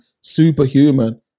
superhuman